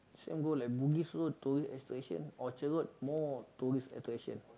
same go like bugis also tourist attraction Orchard Road more tourist attraction